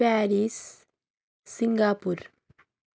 Paris Singapore